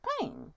pain